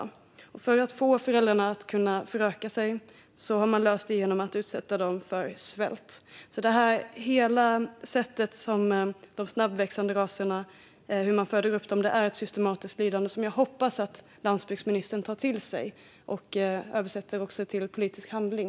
Man har löst problemen med att få föräldrarna att föröka sig genom att utsätta dem för svält. Hela uppfödningen av de snabbväxande raserna innebär att man systematiskt utsätter dem för lidande, och jag hoppas att landsbygdsministern tar till sig detta och översätter det till politisk handling.